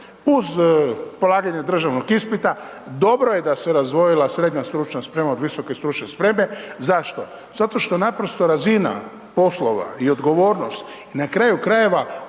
uz polaganje državnog ispita dobro je da se razdvojila srednja stručna sprema od visoke stručne spreme. Zašto, zato što naprosto razina poslova i odgovornost i na kraju krajeva ovlasti